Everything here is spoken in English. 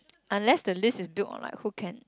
unless the list is build on like who can